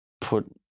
put